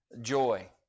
Joy